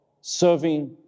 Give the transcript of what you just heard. serving